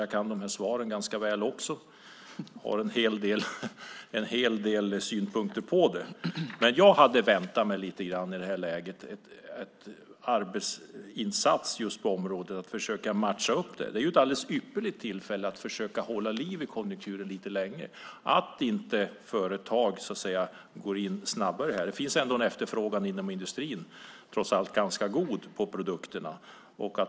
Jag kan de här svaren ganska väl också, och jag har en hel del synpunkter på dem. Jag hade i det här läget väntat mig en insats just på området att försöka matcha upp det här. Det är ju ett alldeles ypperligt tillfälle att försöka hålla liv i konjunkturen lite längre. Det finns ändå en ganska god efterfrågan på produkterna inom industrin.